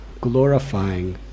glorifying